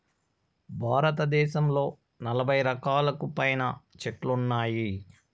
భారతదేశంలో నలబై రకాలకు పైనే చెట్లు ఉన్నాయి